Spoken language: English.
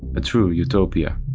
a true utopia.